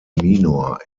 minor